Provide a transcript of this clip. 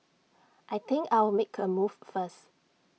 I think I'll make A move first